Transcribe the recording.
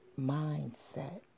mindset